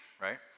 right